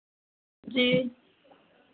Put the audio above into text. जी